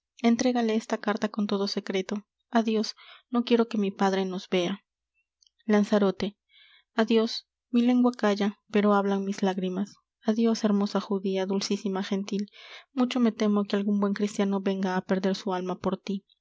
entrégale esta carta con todo secreto adios no quiero que mi padre nos vea lanzarote adios mi lengua calla pero hablan mis lágrimas adios hermosa judía dulcísima gentil mucho me temo que algun buen cristiano venga á perder su alma por tí